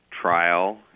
trial